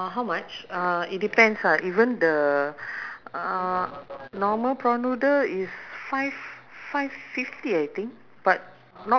all the way in two one four ah but to know where is it it's just you follow the road then you see a school shuqun secondary school